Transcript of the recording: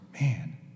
man